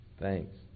Thanks